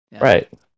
Right